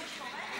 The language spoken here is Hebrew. בשימוש חורג?